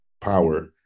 power